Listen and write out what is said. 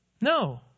No